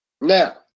now